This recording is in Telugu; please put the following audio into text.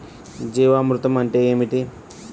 జీవామృతం అంటే ఏమిటి?